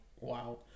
wow